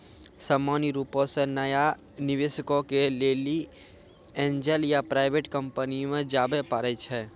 सामान्य रुपो से नया निबेशको के लेली एंजल या प्राइवेट कंपनी मे जाबे परै छै